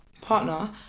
partner